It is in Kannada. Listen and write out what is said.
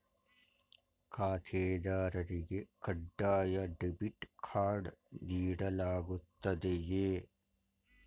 ಖಾತೆದಾರರಿಗೆ ಕಡ್ಡಾಯ ಡೆಬಿಟ್ ಕಾರ್ಡ್ ನೀಡಲಾಗುತ್ತದೆಯೇ?